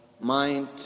mind